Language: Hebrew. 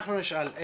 אנחנו נשאל.